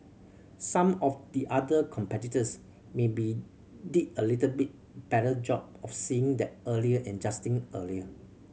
some of the other competitors maybe did a little bit better job of seeing that earlier and adjusting earlier